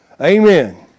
Amen